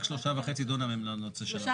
רק שלושה וחצי דונם הם לבינוי.